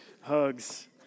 hugs